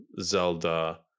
Zelda